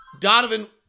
Donovan